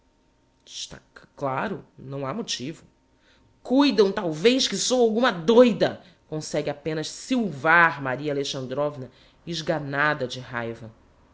está c claro não ha motivo cuidam talvez que sou alguma doida consegue apenas silvar maria alexandrovna esganada de raiva